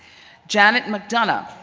janet mcdonough,